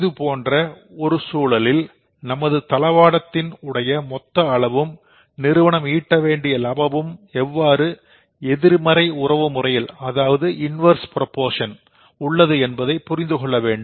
இதுபோன்ற ஒரு சூழலில் நமது தளவாடத்தின் உடைய மொத்த அளவும் நிறுவன ஈட்ட வேண்டிய லாபமும் எவ்வாறு எதிர்மறை உறவு முறையில் உள்ளது என்பதை புரிந்து கொள்ள வேண்டும்